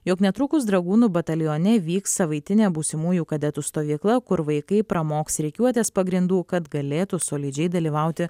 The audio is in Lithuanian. jog netrukus dragūnų batalione vyks savaitinė būsimųjų kadetų stovykla kur vaikai pramoks rikiuotės pagrindų kad galėtų solidžiai dalyvauti